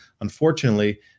Unfortunately